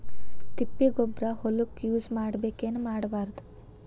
ತಿಪ್ಪಿಗೊಬ್ಬರ ಹೊಲಕ ಯೂಸ್ ಮಾಡಬೇಕೆನ್ ಮಾಡಬಾರದು?